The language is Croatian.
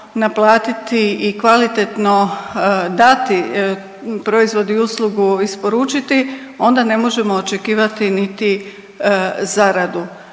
naplatiti i kvalitetno dati proizvod i uslugu isporučiti, onda ne možemo očekivati niti zaradu.